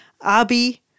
Abi